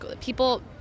people